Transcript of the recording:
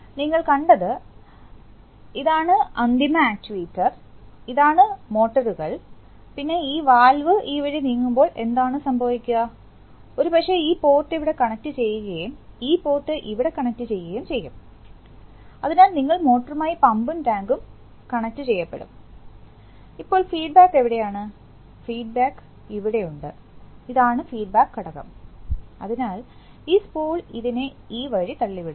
നിങ്ങൾ കണ്ടത് ഇതാണ് അന്തിമ ആചുവേറ്റ്ർ ഇതാണ് മോട്ടോറുകൾ പിന്നെ ഈ വാൽവ് ഈ വഴി നീങ്ങുമ്പോൾ എന്താണ് സംഭവിക്കുക ഒരുപക്ഷേ ഈ പോർട്ട് ഇവിടെ കണക്റ്റുചെയ്യുകയും ഈ പോർട്ട് ഇവിടെ കണക്റ്റുചെയ്യുകയും ചെയ്യും അതിനാൽ നിങ്ങൾക്ക് മോട്ടോറുമായി പമ്പും ടാങ്കും കണക്റ്റുചെയ്യപ്പെടും ഇപ്പോൾ ഫീഡ്ബാക്ക് എവിടെയാണ് ഫീഡ്ബാക്ക് ഇവിടെയുണ്ട് ഇതാണ് ഫീഡ്ബാക്ക് ഘടകം അതിനാൽ ഈ സ്പൂൾ ഇതിനെ ഈ വഴി തള്ളുന്നു